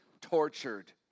tortured